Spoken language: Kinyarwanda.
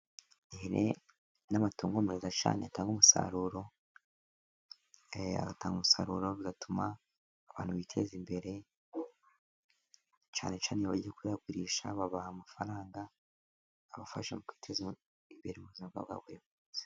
Ihene ni amatungo meza cyane atanga umusaruro. Atanga umusaruro bigatuma abantu biteza imbere, cyane cyane iyo bagiye kuyagurisha babaha amafaranga, abafasha mu kwiteza imbere mu buzima bwabo buri munsi.